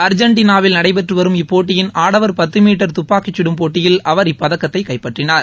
அர்ஜெண்டினாவில் நடைபெறும் இப்போட்டியின் ஆடவர் பத்து மீட்டர் துப்பாக்கிகடும் போட்டியில் அவர் இப்பதக்கத்தை கைப்பற்றினார்